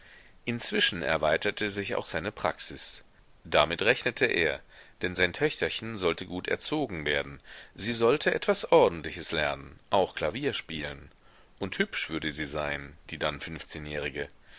inzwischen erweiterte sich auch seine praxis damit rechnete er denn sein töchterchen sollte gut erzogen werden sie sollte etwas ordentliches lernen auch klavier spielen und hübsch würde sie sein die dann fünfzehnjährige